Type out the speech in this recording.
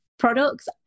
products